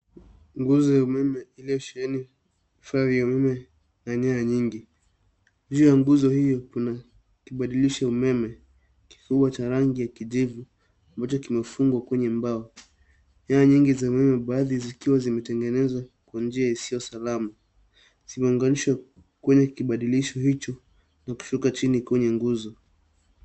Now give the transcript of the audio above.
Nguzo ya umeme iliyosheheni taa ya umeme ya nyaya nyingi. Juu ya nguzo hiyo kuna kibadilisha umeme kikubwa cha rangi ya kijivu. Moja kimefungwa kwa mbao. Nyaya nyingi za umeme baadhi zikiwa zimetengenezwa kwa njia isiyo salama. Zimeunganishwa kwenye kibadilishi hicho ikishuka chini kwenye nguzo.